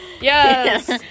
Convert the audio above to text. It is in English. Yes